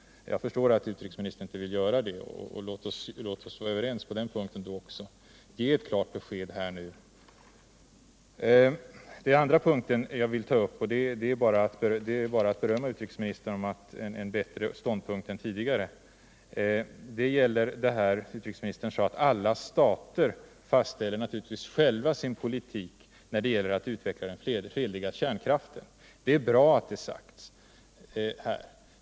Jag förstår att utrikesministern inte vill göra det. Låt oss då också vara överens på den punkten. Ge ett klart besked här nu! Den andra punkt jag vill ta upp innebär ett beröm för utrikesministern för en bättre ståndpunkt än tidigare. Det gäller vad utrikesministern sade om att alla stater naturligtvis själva fastställer sin politik när det gäller att utveckla den fredliga kärnkraften. Det är bra att det sagts här.